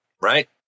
Right